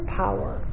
power